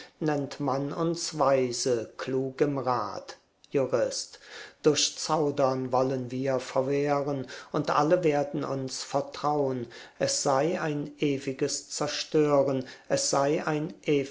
nennt man uns weise klug im rat jurist durch zaudern wollen wir verwehren und alle werden uns vertraun es sei ein ewiges zerstören es sei ein